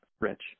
rich